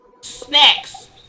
Snacks